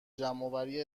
جمعآوری